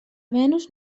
venus